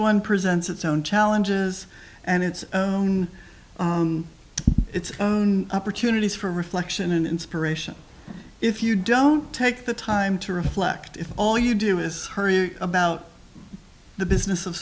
one presents its own challenges and its own its own opportunities for reflection and inspiration if you don't take the time to reflect if all you do is hurry about the business of